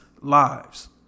lives